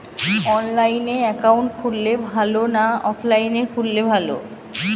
অনলাইনে একাউন্ট খুললে ভালো না অফলাইনে খুললে ভালো?